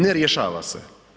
Ne rješava se.